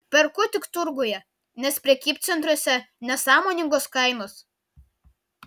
perku tik turguje nes prekybcentriuose nesąmoningos kainos